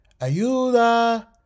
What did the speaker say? Ayuda